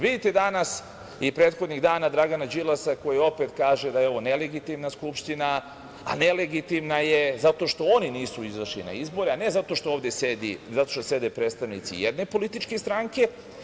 Vidite danas i prethodnih dana Dragana Đilasa koji opet kaže da je ovo nelegitimna Skupština, a nelegitimna je zato što oni nisu izašli na izbore, a ne zato što ovde sede predstavnici jedne političke stranke.